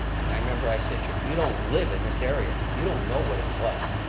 and i remember i said to her, you don't live in this area, you don't know what it's like.